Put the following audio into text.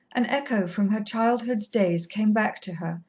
an echo from her childhood's days came back to her,